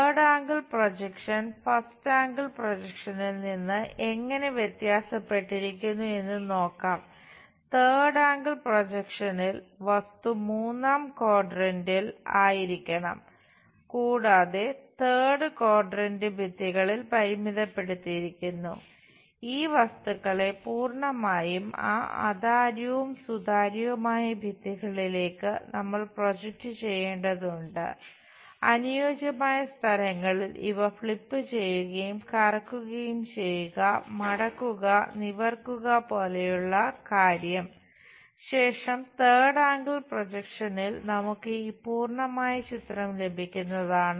third angle projection നമുക്ക് ഈ പൂർണ്ണമായ ചിത്രം ലഭിക്കുന്നതാണ്